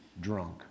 drunk